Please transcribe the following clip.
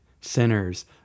sinners